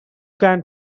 can